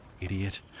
Idiot